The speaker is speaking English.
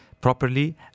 properly